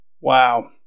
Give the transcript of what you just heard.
wow